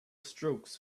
strokes